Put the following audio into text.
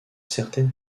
certaine